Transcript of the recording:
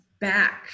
back